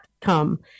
come